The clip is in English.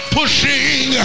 pushing